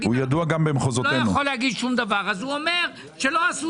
הוא לא יכול להגיד שום דבר ולכן הוא אומר שלא עשו